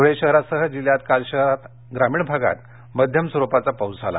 धुळे शहरासह जिल्ह्यात काल शहरासह ग्रामीण भागात मध्यम स्वरुपाचा पाऊस झाला